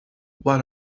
what